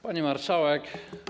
Pani Marszałek!